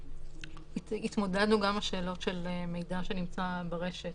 אנחנו התמודדנו גם עם שאלות של מידע שנמצא ברשת,